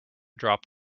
drop